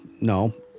no